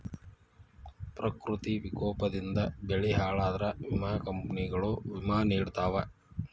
ಪ್ರಕೃತಿ ವಿಕೋಪದಿಂದ ಬೆಳೆ ಹಾಳಾದ್ರ ವಿಮಾ ಕಂಪ್ನಿಗಳು ವಿಮಾ ನಿಡತಾವ